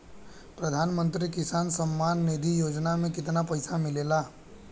प्रधान मंत्री किसान सम्मान निधि योजना में कितना पैसा मिलेला?